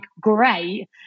great